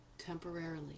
temporarily